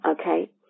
okay